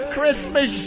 Christmas